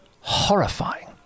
Horrifying